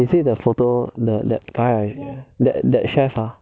is it the photo the the that time that that chef ah